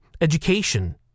education